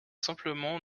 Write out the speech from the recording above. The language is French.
simplement